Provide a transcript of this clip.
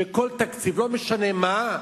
שכל תקציב, לא משנה מה,